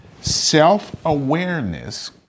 self-awareness